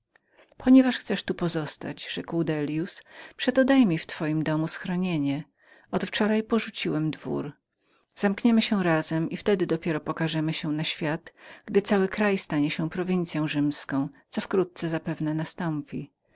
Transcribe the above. ponieważ chcesz tu pozostać rzekł dellius przeto daj mi w twoim domu schronienie od wczoraj porzuciłem dwór zamkniemy się razem i wtedy dopiero pokażemy się na świat gdy cały kraj stanie się prowincyą rzymską co wkrótce zapewne nastąpi